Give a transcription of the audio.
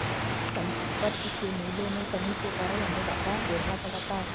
संपत्ति के मूल्यों में कमी के कारण हमे घाटा झेलना पड़ा था